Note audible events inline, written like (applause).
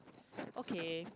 (noise) okay